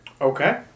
Okay